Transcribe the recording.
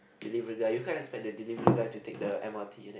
delivery guy you can't expect the delivery guy to take the m_r_t in it